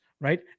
right